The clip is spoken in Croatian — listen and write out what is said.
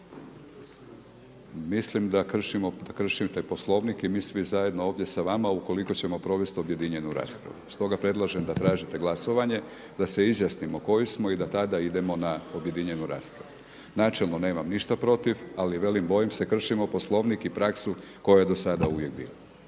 mislim da kršite Poslovnik i mi svi zajedno ovdje sa vama ukoliko ćemo provesti objedinjenu raspravu. Stoga predlažem da tražite glasovanje, da se izjasnimo koji smo i da tada idemo na objedinjenu raspravu. Načelno nemam ništa protiv, ali velim, bojim se, kršimo Poslovnik i praksu koja je do sada uvijek bila.